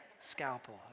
scalpel